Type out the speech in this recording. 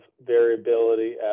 variability